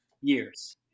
years